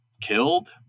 killed